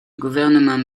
gouvernement